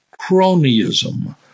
cronyism